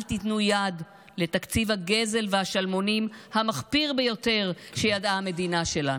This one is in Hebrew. אל תיתנו יד לתקציב הגזל והשלמונים המחפיר ביותר שידעה המדינה שלנו.